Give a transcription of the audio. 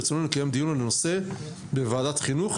ברצוננו לקיים דיון על הנושא בוועדת חינוך,